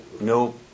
no